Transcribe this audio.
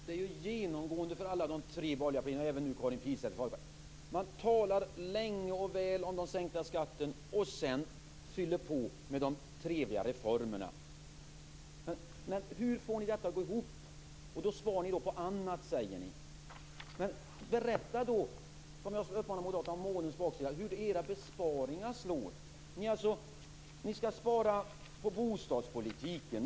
Fru talman! Det är genomgående för de tre borgerliga partierna, och nu även Karin Pilsäter från Folkpartiet, att man talar länge och väl om den sänkta skatten. Sedan fyller man på med de trevliga reformerna. Men hur får ni detta att gå ihop? Då sparar ni på annat, säger ni. Men berätta då, som jag också uppmanade Moderaterna, om månens baksida. Berätta hur era besparingar slår. Ni skall spara på bostadspolitiken.